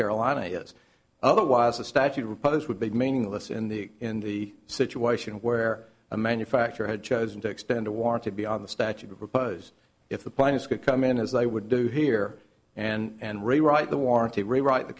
carolina is otherwise the statute republish would be meaningless in the in the situation where a manufacturer had chosen to extend a warrant to be on the statute of repose if the plaintiffs could come in as they would do here and rewrite the warranty rewrite the